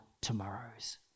tomorrows